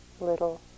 little